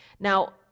Now